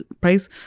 price